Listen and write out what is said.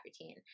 routine